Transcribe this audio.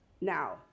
Now